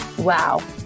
Wow